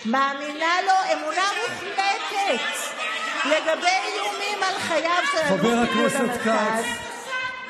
מאמינה לו אמונה מוחלטת לגבי איומים על חייו של אלוף פיקוד המרכז,